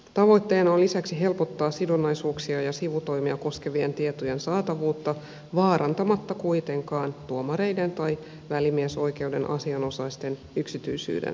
tavoitteena on lisäksi helpottaa sidonnaisuuksia ja sivutoimia koskevien tietojen saatavuutta vaarantamatta kuitenkaan tuomareiden tai välimiesoikeuden asianosaisten yksityisyydensuojaa